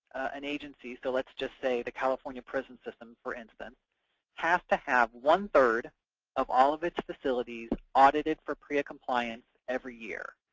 an agency so let's just say the california prison system, for instance has to have one three of all of its facilities audited for prea compliance every year.